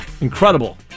incredible